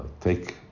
take